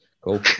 Cool